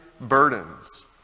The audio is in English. burdens